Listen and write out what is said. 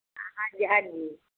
ਹਾਂਜੀ ਹਾਂਜੀ